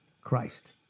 Christ